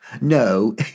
No